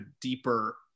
deeper